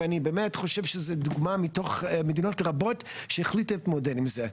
ואני באמת חושב שזו דוגמה מתוך מדינות רבות שהחליטו להתמודד עם זה.